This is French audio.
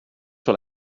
sur